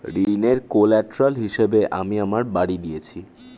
ঋনের কোল্যাটেরাল হিসেবে আমি আমার বাড়ি দিয়েছি